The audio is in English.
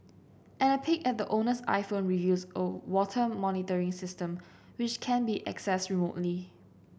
and a peek at the owner's iPhone reveals a water monitoring system which can be accessed remotely